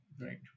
Right